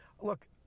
Look